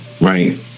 right